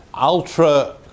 ultra